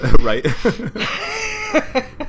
Right